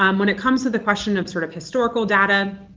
um when it comes to the question of sort of historical data,